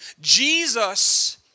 Jesus